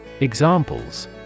Examples